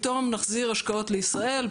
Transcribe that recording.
פתאום נחזיר השקעות לישראל,